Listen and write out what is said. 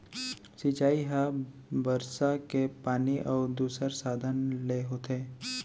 सिंचई ह बरसा के पानी अउ दूसर साधन ले होथे